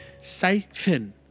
Siphon